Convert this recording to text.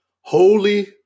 Holy